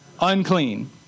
unclean